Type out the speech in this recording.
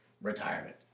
retirement